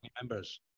members